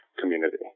community